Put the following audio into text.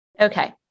Okay